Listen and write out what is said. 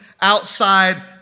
outside